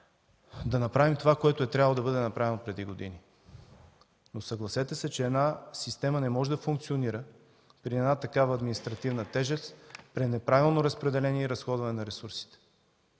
да направим това, което е трябвало да бъде направено преди години, но съгласете се, че една система не може да функционира при такава административна тежест, при неправилно разпределение и разходване на ресурсите.